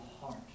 heart